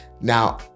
Now